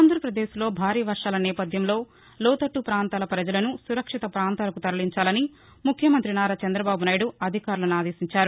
ఆంధ్రప్రదేశ్లో భారీ వర్షాల నేపథ్యంలో లోతట్ల ప్రాంతాల ప్రజలను సురక్షిత ప్రాంతాలకు తరలించాలని ముఖ్యమంత్రి నారా చందబాబునాయుడు అధికారులను ఆదేశించారు